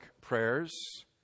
prayers